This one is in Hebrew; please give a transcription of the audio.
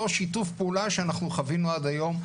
שיתוף פעולה שאנחנו חווינו עד היום,